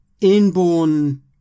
inborn